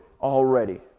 already